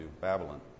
Babylon